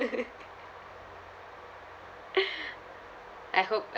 I hope